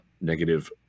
negative